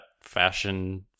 fashion